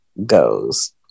goes